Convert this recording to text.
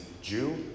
Jew